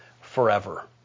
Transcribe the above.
forever